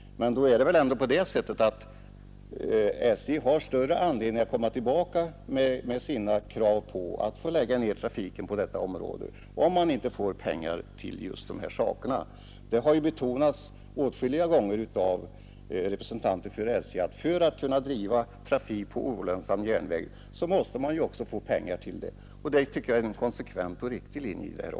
Men SJ har ändå större anledning att komma Onsdagen den tillbaka med sina krav på att få lägga ned trafiken på detta område. Det 5 april 1972 har betonats åtskilliga gånger av representanter för SJ att för att kunna